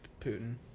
putin